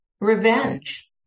revenge